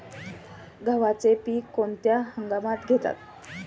गव्हाचे पीक कोणत्या हंगामात घेतात?